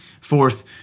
Fourth